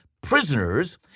prisoners